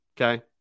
Okay